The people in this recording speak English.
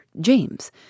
James